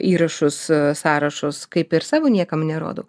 įrašus sąrašus kaip ir savo niekam nerodau